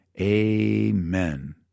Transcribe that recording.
amen